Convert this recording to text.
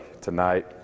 tonight